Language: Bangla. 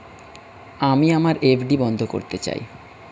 আমি আমার এফ.ডি বন্ধ করতে চাই